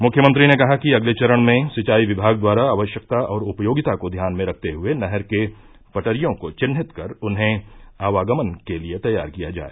मुख्यमंत्री ने कहा कि अगले चरण में सिंचाई विभाग द्वारा आवश्यकता और उपयोगिता को ध्यान में रखते हुए नहर के पटरियों को चिन्हित कर उन्हें आवागमन के लिये तैयार किया जाए